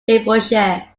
herefordshire